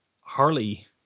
Harley